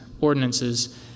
ordinances